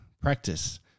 Practice